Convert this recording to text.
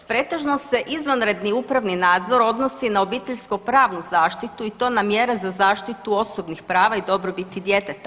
Pretežno se izvanredni upravni nadzor odnosi na obiteljsko pravnu zaštitu i to na mjere za zaštitu osobnih prava i dobrobiti djeteta.